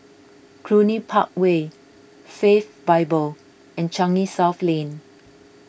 Cluny Park Way Faith Bible and Changi South Lane